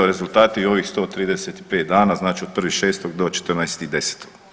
Rezultati ovih 135 dana, znači od 1.6. do 14.10.